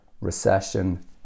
recession